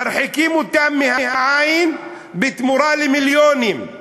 מרחיקים אותם מהעין בתמורה למיליונים.